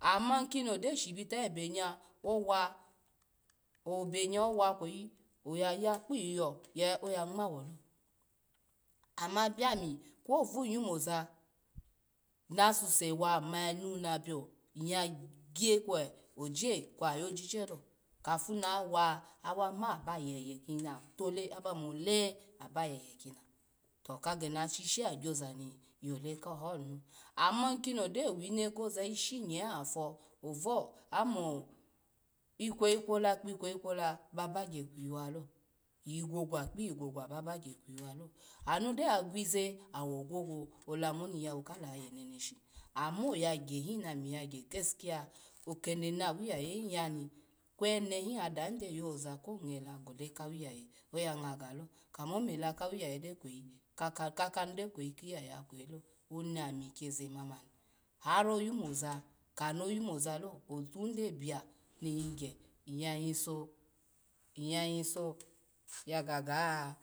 Ama kino gya shibita abenye owa ebe nye wa kweyi oyaya kpiviho oya ngma wolo, ama biami kwovu yumo za nasuse wa nymaya nuna yya gya kwe oji kwe oyojijelo, kapina wa awa ma ba yeye kina, tule abamole aba yeye kina to kagani ashishe ya gyozani yole honi lo ama kini gyo owine koza shinye afo ovu amo ikweyi kwola kpi ikweyi kwola abagya kwiwa lo, iyi gwo gwa kpi iyi gwo gwa bagya kpiwa lo, anu gyo ya kwize owo gwogwo olamuni iyiyawo kala yaye neneshi, amo yayya hi ami yagya kesiki ya okede nawiyeye hi yani kwenehi adahin gyo yoza ko ngwo la gole kadahi oya ngwo galo kamo mo ole kawiyeye gyo kweyi kakanu gyo weyi kawiyaye ya kweyi lo, ani ami kize mamani har yumoza kano yomoze to out gyo bla nyya yiso nyya yiso yaga ga